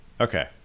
okay